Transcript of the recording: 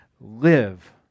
live